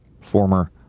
former